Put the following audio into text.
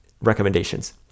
recommendations